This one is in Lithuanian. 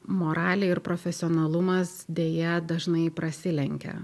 moralė ir profesionalumas deja dažnai prasilenkia